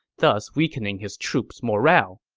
thus weakening his troops' morale.